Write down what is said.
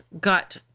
got